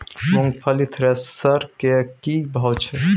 मूंगफली थ्रेसर के की भाव छै?